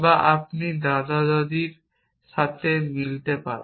বা আপনি দাদা দাদির সাথে মিলতে পারেন